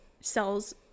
sells